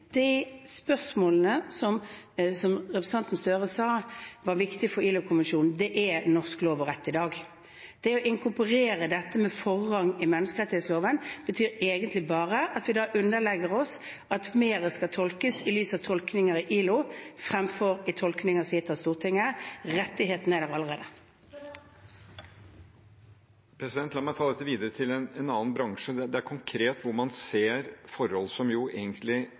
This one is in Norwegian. norsk lov og rett i dag. Det å inkorporere dette med forrang i menneskerettighetsloven betyr egentlig bare at vi da underlegger oss at mer skal tolkes i lys av tolkninger i ILO fremfor tolkninger som er gitt av Stortinget. Rettighetene er der allerede. Jonas Gahr Støre – til oppfølgingsspørsmål. La meg ta dette videre til en annen bransje, hvor man konkret ser forhold som egentlig er